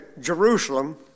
Jerusalem